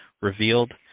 revealed